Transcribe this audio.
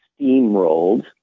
steamrolled